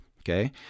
okay